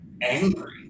angry